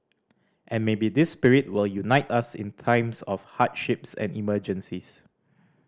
and maybe this spirit will unite us in times of hardships and emergencies